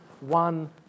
one